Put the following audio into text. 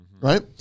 right